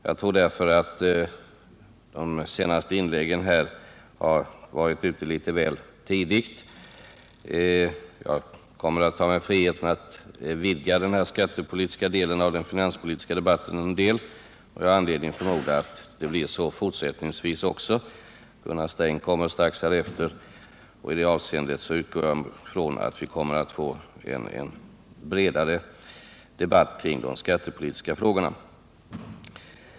Jag tror därför att man i de senaste inläggen har varit litet väl tidigt ute i detta avseende. Jag kommer att ta mig friheten att något vidga den skattepolitiska delen av finansdebatten. Jag har anledning att förmoda att denna debatts skattepolitiska del även fortsättningsvis kommer att få en sådan bredare inriktning, eftersom Gunnar Sträng strax skall tala och jag förutsätter att också han kommer att utförligt beröra dessa frågor.